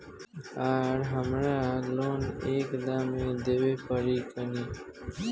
आर हमारा लोन एक दा मे देवे परी किना?